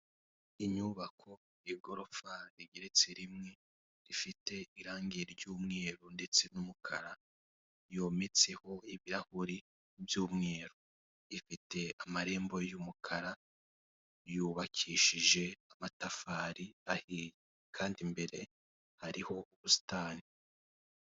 Inyubako igorofa rigeretse rimwe rifite irange ry'umweru ndetse n'umukara, yometseho ibirahure by'umweru ifite amarembo y'umukara, yubakishije amatafari ahiye kandi imbere hariho ubusitani.